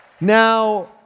Now